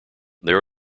there